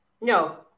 No